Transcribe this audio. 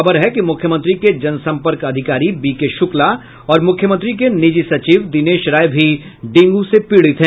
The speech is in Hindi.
खबर है कि मुख्यमंत्री के जनसंपर्क अधिकारी बीके शुक्ला और मुख्यमंत्री के निजी सचिव दिनेश राय भी डेंगू से पीड़ित हैं